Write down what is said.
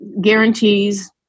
guarantees